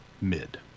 mid